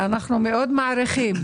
אנחנו מאוד מעריכים.